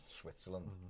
Switzerland